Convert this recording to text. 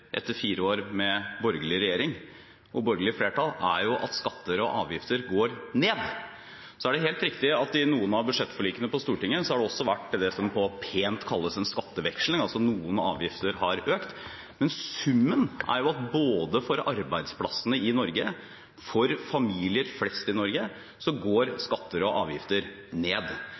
etter fire år med borgerlig regjering og borgerlig flertall er at skatter og avgifter går ned. Det er helt riktig at det i noen av budsjettforlikene på Stortinget også har vært det som så pent kalles en skatteveksling, altså at noen avgifter har økt. Men summen er at skatter og avgifter går ned både for arbeidsplasser i Norge og for familier flest i Norge.